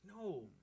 no